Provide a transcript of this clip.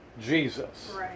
Jesus